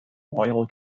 royal